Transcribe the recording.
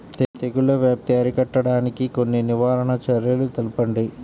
తెగుళ్ల వ్యాప్తి అరికట్టడానికి కొన్ని నివారణ చర్యలు తెలుపండి?